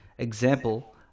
example